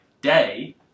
day